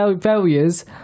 failures